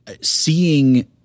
seeing